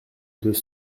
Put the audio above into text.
deux